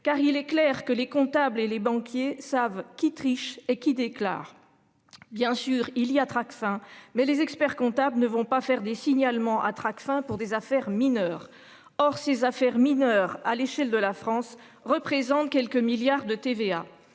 car il est clair que les comptables et les banquiers savent qui trichent et qui déclare. Bien sûr il y a Tracfin. Mais les experts comptable ne vont pas faire des signalements à Tracfin pour des affaires mineures, or ces affaires mineures à l'échelle de la France représente quelques milliards de TVA.